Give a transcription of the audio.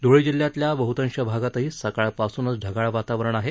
धुळे जिल्ह्यातल्या बहुतांश भागातही सकाळ पासूनच ढगाळ वातावरण आहे